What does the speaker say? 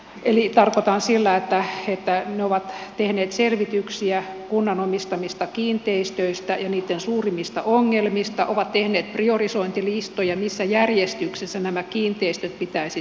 eli tarkoitan sillä että ne ovat tehneet selvityksiä kunnan omistamista kiinteistöistä ja niitten suurimmista ongelmista ovat tehneet priorisointilistoja missä järjestyksessä nämä kiinteistöt pitäisi saneerata